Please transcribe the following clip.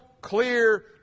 clear